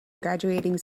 graduating